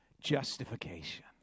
justification